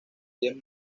diez